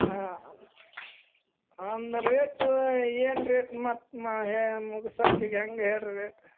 ಹಾಂ ಒಂದು ರೇಟು ಏನು ರೇಟ್ ಮತ್ತು ಮಾ ಹೇಳಿ ಮುಗ್ಸಕ್ಕೆ ಹೆಂಗೆ ಹೇಳಿ ರೀ ರೇಟ್